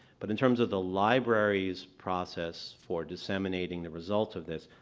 but in terms of the library's process for disseminating the results of this,